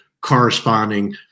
corresponding